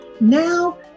Now